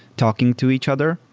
talking to each other,